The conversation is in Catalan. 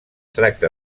tracta